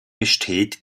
besteht